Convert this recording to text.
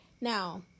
now